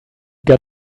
got